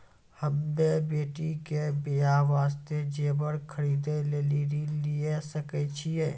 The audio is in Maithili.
हम्मे बेटी के बियाह वास्ते जेबर खरीदे लेली ऋण लिये सकय छियै?